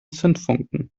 zündfunken